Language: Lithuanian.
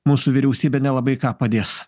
mūsų vyriausybė nelabai ką padės